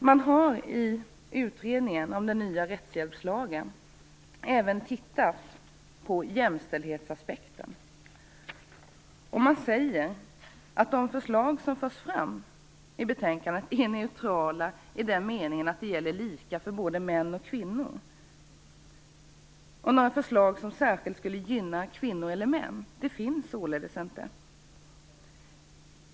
Man har i utredningen om den nya rättshjälpslagen även tittat på jämställdhetsaspekten. Man säger att de förslag som förs fram i betänkandet är neutrala i den meningen att de gäller lika för både män och kvinnor. Några förslag som särskilt skulle gynna kvinnor eller män finns således inte.